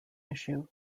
issue